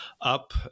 up